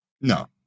No